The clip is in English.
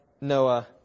Noah